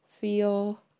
feel